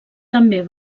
també